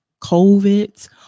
COVID